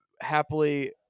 happily